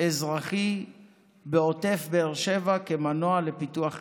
אזרחי בעוטף באר שבע כמנוע לפיתוח כלכלי.